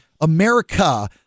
America